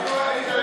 אני מתעלם מכם.